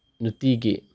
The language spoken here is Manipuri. ꯅꯨꯡꯇꯤꯒꯤ